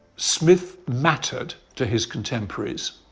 smith mattered to his contemporaries,